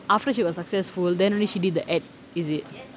after she was successful then only she did the advertisement is it